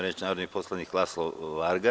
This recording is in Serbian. Reč ima narodni poslanik Laslo Varga.